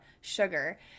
sugar